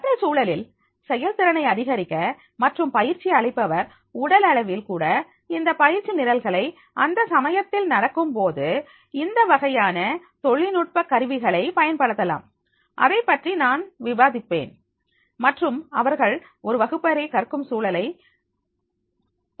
கற்றல் சூழலில் செயல்திறனை அதிகரிக்க மற்றும் பயிற்சி அளிப்பவர் உடலளவில் கூட இந்த பயிற்சி நிரல்களை அந்த சமயத்தில் நடக்கும்போது இந்த வகையான தொழில்நுட்ப கருவிகளை பயன்படுத்தலாம் அதைப்பற்றி நான் விவாதிப்பேன் மற்றும் அவர்கள் ஒரு வகுப்பறை கற்கும் சூழலை உருவாக்கலாம்